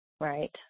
Right